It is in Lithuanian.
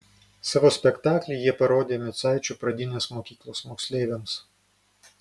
savo spektaklį jie parodė micaičių pradinės mokyklos moksleiviams